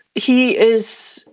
he is,